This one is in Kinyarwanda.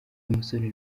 musore